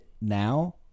now